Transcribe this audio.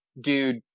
Dude